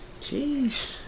Jeez